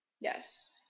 Yes